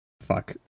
Fuck